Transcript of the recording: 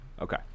Okay